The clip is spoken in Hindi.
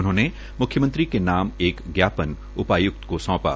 उन्होंने मुख्यमंत्री के नाम एक ज्ञापन उपायुक्त को सौंपा